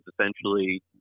essentially